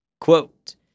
Quote